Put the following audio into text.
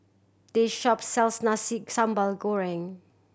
this shop sells Nasi Sambal Goreng